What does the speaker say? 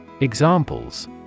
Examples